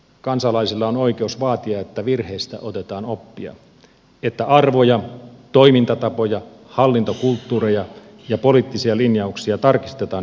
kansalaisilla on oikeus vaatia että virheistä otetaan oppia että arvoja toimintatapoja hallintokulttuureja ja poliittisia linjauksia tarkistetaan ja uudistetaan